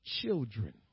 children